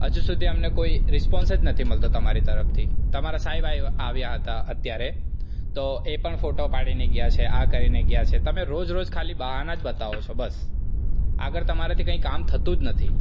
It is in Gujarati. હજુ સુધી મને કોઈ રિસ્પોન્સ જ નથી મળતો તમારી તરફથી તમારા સાહેબ આવ્યા હતાં અત્યારે તો એ પણ ફોટો પાડીને ગયા છે આ કરીને ગયા છે તમે રોજ રોજ ખાલી બહાના જ બતાવો છો બસ આગળ તમારાથી કંઈ કામ થતું જ નથી